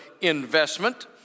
investment